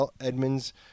Edmonds